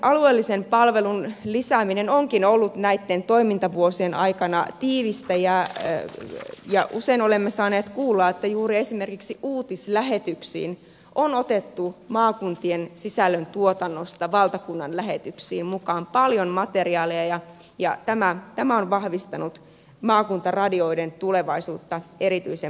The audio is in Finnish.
alueellisen palvelun lisääminen onkin ollut näitten toimintavuosien aikana tiivistä ja usein olemme saaneet kuulla että juuri esimerkiksi uutislähetyksiin on otettu maakuntien sisällöntuotannosta valtakunnan lähetyksiin mukaan paljon materiaalia ja tämä on vahvistanut maakuntaradioiden tulevaisuutta erityisen paljon